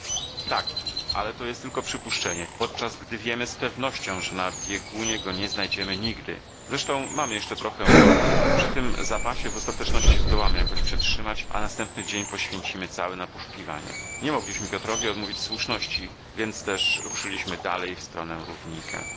tak ale to jest tylko przypuszczenie podczas gdy wiemy z pewnością że na biegunie go nie znajdziemy nigdy zresztą mamy jeszcze trochę torfu przy tym zapasie w ostateczności zdołamy jakoś przetrzymać a następny dzień poświęcimy cały na poszukiwania nie mogliśmy piotrowi odmówić słuszności więc też ruszyliśmy dalej w stronę równika